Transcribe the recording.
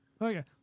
Okay